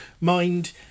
mind